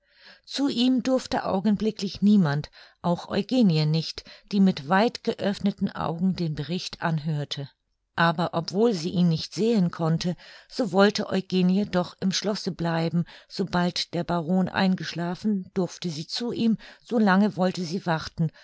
zu ihm durfte augenblicklich niemand auch eugenie nicht die mit weit geöffneten augen den bericht anhörte aber obwohl sie ihn nicht sehen konnte so wollte eugenie doch im schlosse bleiben sobald der baron eingeschlafen durfte sie zu ihm so lange wollte sie warten